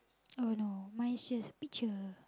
oh no mine just picture